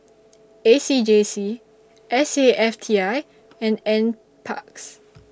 A C J C S A F T I and NParks